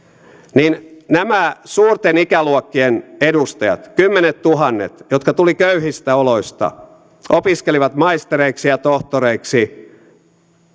nämä suurten ikäluokkien edustajat kymmenettuhannet jotka tulivat köyhistä oloista opiskelivat maistereiksi ja tohtoreiksi